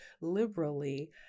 liberally